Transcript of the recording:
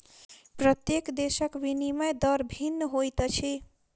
प्रत्येक देशक विनिमय दर भिन्न होइत अछि